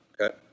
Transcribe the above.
Okay